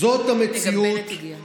זאת המציאות